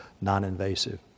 non-invasive